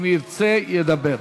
אם ירצה, ידבר.